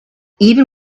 even